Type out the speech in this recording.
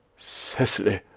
cecily,